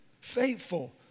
Faithful